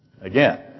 Again